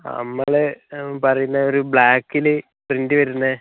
നമ്മൾ പറയുന്നത് ഒരു ബ്ലാക്കിൽ പ്രിൻ്റ് വരുന്നത്